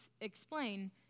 explain